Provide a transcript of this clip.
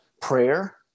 prayer